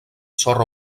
sorra